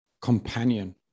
companion